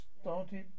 started